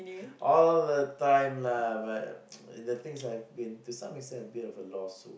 all the time lah but the things I've been to some extent a bit of a lost soul